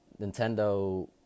Nintendo